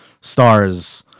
stars